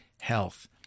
health